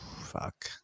fuck